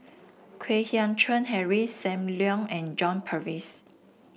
Kwek Hian Chuan Henry Sam Leong and John Purvis